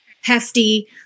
hefty